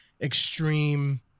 extreme